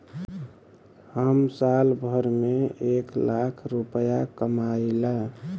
हम साल भर में एक लाख रूपया कमाई ला